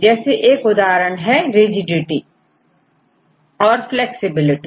जैसे एक उदाहरण है rigidity और flexibility